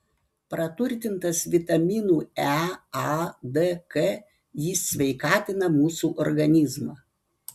praturtintas vitaminų e a d k jis sveikatina mūsų organizmą